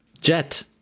Jet